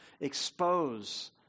expose